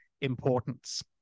importance